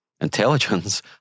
Intelligence